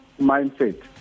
mindset